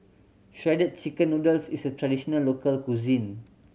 Shredded Chicken Noodles is a traditional local cuisine